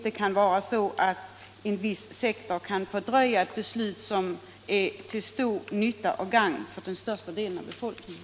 En bransch bör icke fördröja ett beslut som är till nytta för den största delen av befolkningen.